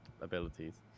abilities